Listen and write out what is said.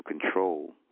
control